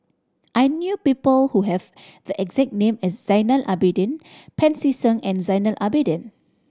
I knew people who have the exact name as Zainal Abidin Pancy Seng and Zainal Abidin